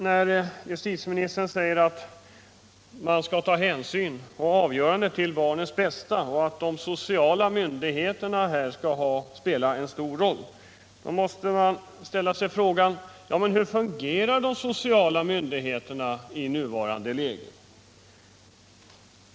När justitieministern säger att man skall ta hänsyn till barnets bästa och att de sociala myndigheterna här skall spela en stor roll måste man ställa frågan: Hur fungerar de sociala myndigheterna i nuvarande läge?